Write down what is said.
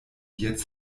jetzt